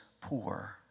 poor